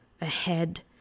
ahead